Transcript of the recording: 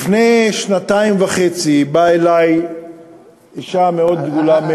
לפני שנתיים וחצי באה אלי אישה מאוד גדולה,